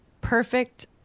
perfect